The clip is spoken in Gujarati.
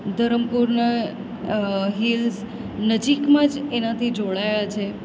ધરમપુરના હિલ્સ નજીકમાં જ એનાથી જોડાયા છે